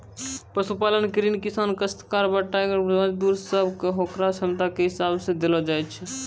पशुपालन के ऋण किसान, कास्तकार, बटाईदार, मजदूर सब कॅ होकरो क्षमता के हिसाब सॅ देलो जाय छै